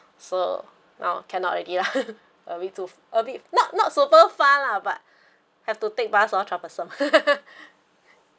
so now cannot already lah a bit a bit not not super far lah but have to take bus oh troublesome